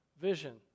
vision